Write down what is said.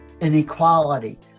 inequality